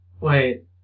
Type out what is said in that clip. Wait